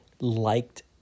liked